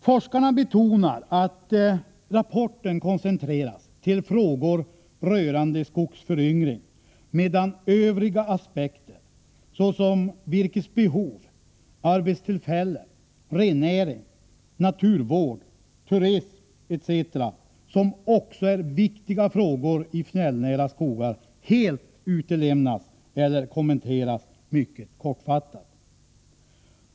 Forskarna betonar att rapporten koncentreras till frågor rörande skogsföryngring, medan övriga aspekter — såsom virkesbehov, arbetstillfällen, rennäring, naturvård, turism, etc., som också är viktiga frågor i fjällnära skogar — helt utelämnas eller kommenteras mycket kortfattat.